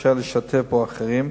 שקשה לשתף בו אחרים,